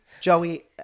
Joey